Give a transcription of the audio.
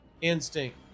instinct